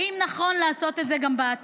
האם נכון לעשות את זה גם בעתיד?